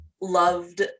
loved